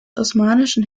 osmanischen